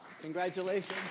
Congratulations